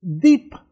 deep